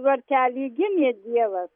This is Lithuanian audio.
tvartely gimė dievas